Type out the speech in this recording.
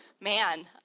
man